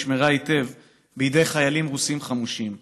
גדר שנשמרה היטב בידי חיילים רוסים חמושים.